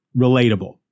relatable